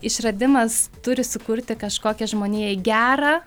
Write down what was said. išradimas turi sukurti kažkokią žmonijai gerą